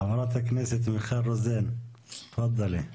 חברת הכנסת מיכל רוזין, תפאדלי.